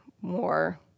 more